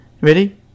Ready